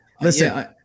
Listen